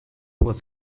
was